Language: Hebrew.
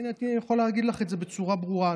אני יכול להגיד לך את זה בצורה ברורה,